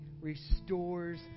restores